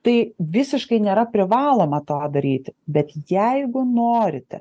tai visiškai nėra privaloma to daryti bet jeigu norite